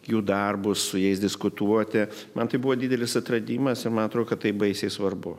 jų darbus su jais diskutuoti man tai buvo didelis atradimas ir man atro kad taip baisiai svarbu